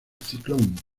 ciclón